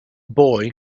boy